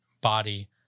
body